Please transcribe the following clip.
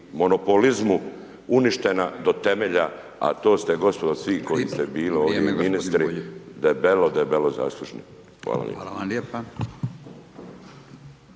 monopolizmu uništena do temelja a to ste gospodo svi koji ste bili ovdje ministri, debelo, debelo zaslužni. Hvala.